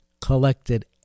collected